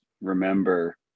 remember